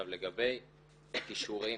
לגבי כישורים,